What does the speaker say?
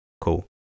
cool